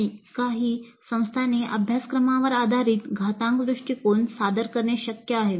आणि काही संस्थांनी अभ्यासक्रमांवर आधारित घातांक दृष्टिकोन सादर करणे शक्य आहे